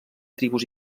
tribus